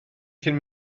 cyn